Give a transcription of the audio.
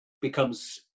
becomes